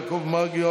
יעקב מרגי,